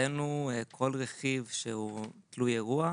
מבחינתנו כל רכיב שהוא תלוי אירוע,